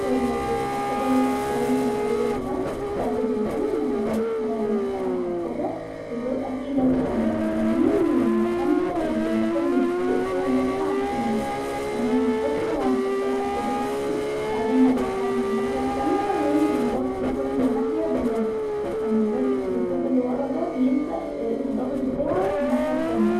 الحفاضه للاطفال تغيرها سهل كدا وهو اننا بنفتح الحفاضه وبيبقي فيه لزقه من علي اليمين ومكانها المكان الي بيتلزق فيها اللزقه شمال هنشوفها ونحط الحفاضه تحتيه وبعدين هنلفها من الناحيه التانيه ونغطي كل ناحيه باللزق يعني اللزق السلوتيب الي ورا ده الدبل بتاعه الناحيه التانيه